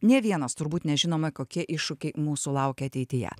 nė vienas turbūt nežinome kokie iššūkiai mūsų laukia ateityje